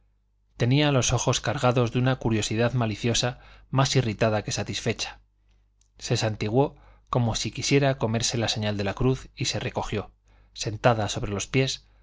tenía los ojos cargados de una curiosidad maliciosa más irritada que satisfecha se santiguó como si quisiera comerse la señal de la cruz y se recogió sentada sobre los pies